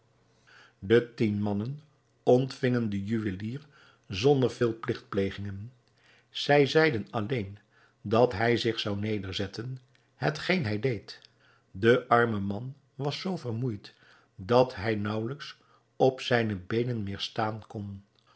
de tien mannen ontvingen den juwelier zonder veel pligtplegingen zij zeiden alleen dat hij zich zou nederzetten hetgeen hij deed de arme man was zoo vermoeid dat hij naauwelijks op zijne beenen meer staan kon